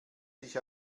dich